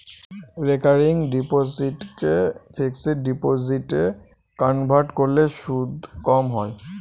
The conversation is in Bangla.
রেকারিং ডিপোসিটকে ফিক্সড ডিপোজিটে কনভার্ট করলে সুদ কম হয়